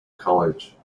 college